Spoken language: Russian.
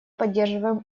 поддерживаем